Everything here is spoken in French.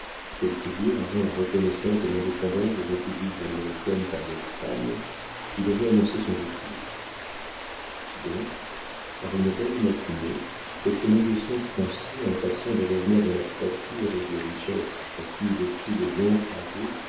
quelques jours avant la reconnaissance de l'indépendance des républiques américaines par l'espagne il avait annoncé son retour donc par une belle matinée quelques négociants français impatients de revenir dans leur patrie avec des richesses acquises au prix de longs travaux